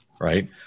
right